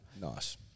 Nice